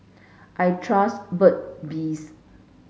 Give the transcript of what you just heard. I trust Burt bees